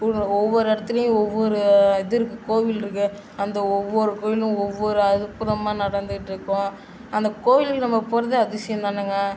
ஒரு ஒவ்வொரு இடத்துலயும் ஒவ்வொரு இது இருக்குது கோவில் இருக்குது அந்த ஒவ்வொரு கோவிலும் ஒவ்வொரு அற்புதமாக நடந்துட்டு இருக்கும் அந்த கோவிலுக்கு நம்ம போகிறதே அதிசயம் தானேங்க